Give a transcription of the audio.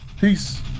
Peace